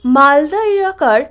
মালদা এলাকার